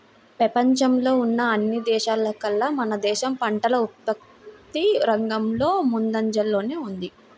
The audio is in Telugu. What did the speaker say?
పెపంచంలో ఉన్న అన్ని దేశాల్లోకేల్లా మన దేశం పంటల ఉత్పత్తి రంగంలో ముందంజలోనే ఉంది